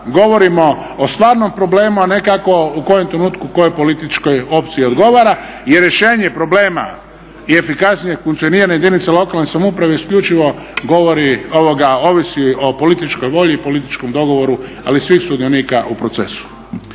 govorimo o stvarnom problemu, a nekako u kojem trenutku kojoj političkoj opciji odgovara. I rješenje problema i efikasnije funkcioniranje jedinica lokalne samouprave isključivo ovisi o političkoj volji i političkom dogovoru ali svih sudionika u procesu.